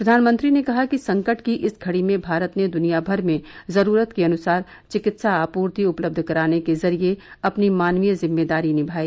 प्रधानमंत्री ने कहा कि संकट की इस घड़ी में भारत ने दुनिया भर में जरूरत के अनुसार चिकित्सा आपूर्ति उपलब्ध कराने के जरिए अपनी मानवीय जिम्मेदारी निभाई